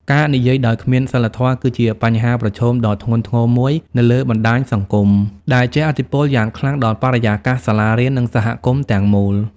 ការនិយាយដោយគ្មានសីលធម៌ គឺជាបញ្ហាប្រឈមដ៏ធ្ងន់ធ្ងរមួយនៅលើបណ្ដាញសង្គម ដែលជះឥទ្ធិពលយ៉ាងខ្លាំងដល់បរិយាកាសសាលារៀន និងសហគមន៍ទាំងមូល។